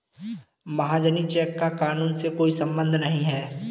महाजनी चेक का कानून से कोई संबंध नहीं है